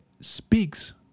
speaks